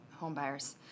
homebuyers